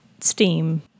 Steam